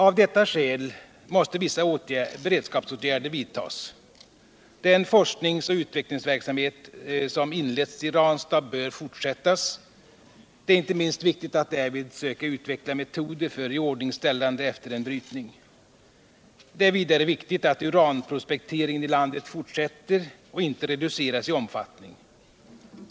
Av detta skäl måste vissa beredskapsåtgärder vidtas. Den forsknings och utvecklingsverksamhet som inletts i Ranstad bör fortsättas. Det är inte minst viktigt att därvid söka utveckla meoder för iordningställande efter en Energiforskning, 190 brytning. Det är vidare viktigt att uranprospekteringen i landet fortsätter och inte reduceras I omfattning.